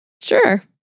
Sure